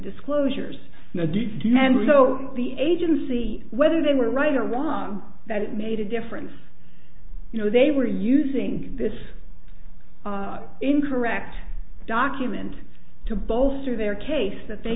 disclosures and so the agency whether they were right or was that it made a difference you know they were using this incorrect document to bolster their case that they